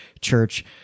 church